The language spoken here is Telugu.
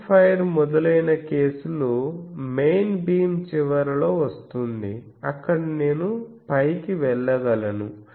ఎండ్ ఫైర్ మొదలైన కేసులు మెయిన్ బీమ్ చివరలో వస్తుంది అక్కడ నేను పైకి వెళ్ళగలను